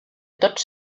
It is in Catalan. tots